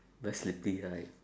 very sleepy right